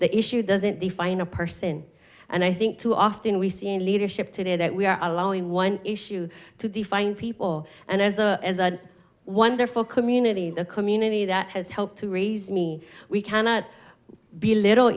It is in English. the issue doesn't define a person and i think too often we see leadership today that we are allowing one issue to define people and as a wonderful community the community that has helped to raise me we cannot be a little